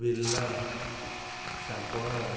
Birla Sancoale